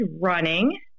running